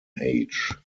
age